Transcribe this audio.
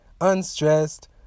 unstressed